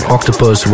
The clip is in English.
Octopus